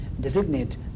designate